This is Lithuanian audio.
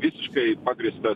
visiškai pagrįstas